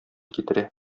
китерә